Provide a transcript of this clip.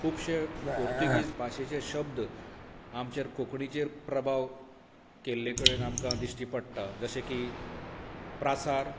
खूबशे पुर्तूगेज भाशेचे शब्द आमचेर कोंकणीचेर प्रभाव केल्ले कडेन आमकां दिश्टी पडटा जशें की प्रासार